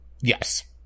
yes